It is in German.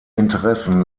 interessen